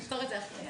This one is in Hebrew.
נפתור את זה אחרי זה.